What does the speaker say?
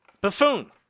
Buffoon